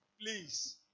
please